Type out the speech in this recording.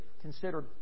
considered